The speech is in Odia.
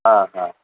ହଁ ହଁ